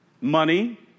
money